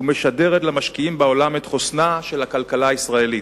ומשדרת למשקיעים בעולם את חוסנה של הכלכלה הישראלית.